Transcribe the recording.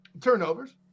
turnovers